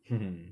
hmm hmm